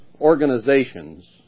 organizations